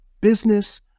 business